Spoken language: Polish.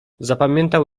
zapamiętał